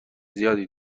زیادی